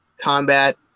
combat